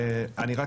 לא,